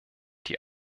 die